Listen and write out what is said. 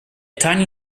tiny